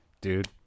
dude